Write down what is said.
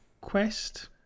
Quest